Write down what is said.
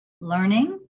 learning